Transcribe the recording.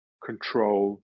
control